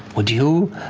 would you,